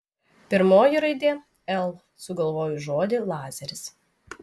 pirmoji raidė l sugalvoju žodį lazeris